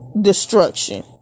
destruction